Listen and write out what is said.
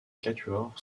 quatuor